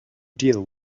deal